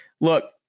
Look